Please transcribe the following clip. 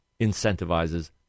incentivizes